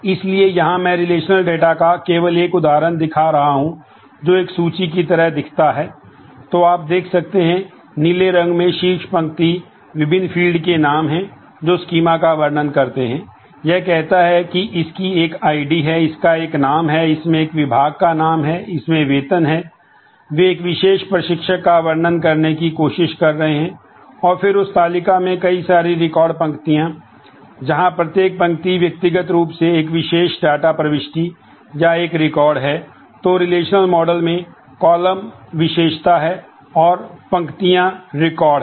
इसलिए यहां मैं रिलेशनल मॉडल विशेषता हैं और पंक्तियाँ रिकॉर्ड हैं